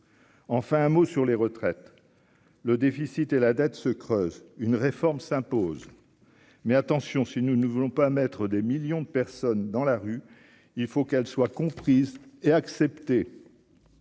enfin un mot sur les retraites, le déficit et la dette se creuse une réforme s'impose, mais attention, si nous ne voulons pas mettre des millions de personnes dans la rue, il faut qu'elle soit comprise et acceptée